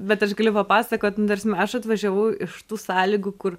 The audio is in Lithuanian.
bet aš galiu papasakot nu ta prasme aš atvažiavau iš tų sąlygų kur